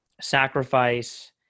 sacrifice